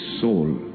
soul